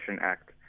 Act